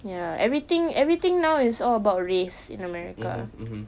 ya everything everything now is all about race in america